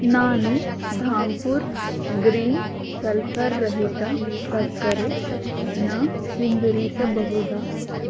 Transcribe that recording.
ನಾನು Dhampur green sulphur ರಹಿತ ಸಕ್ಕರೆನ ಹಿಂದಿರುಗಿಸಬಹುದಾ